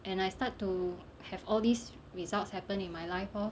and I start to have all these results happen in my life lor